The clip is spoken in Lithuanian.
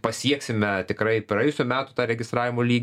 pasieksime tikrai praėjusių metų tą registravimo lygį